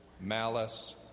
malice